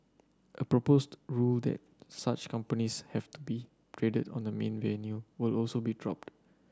a proposed rule that such companies have to be traded on the main venue will also be dropped